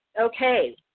okay